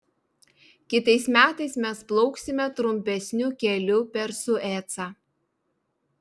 kitais metais mes plauksime trumpesniu keliu per suecą